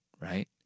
right